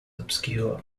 obscure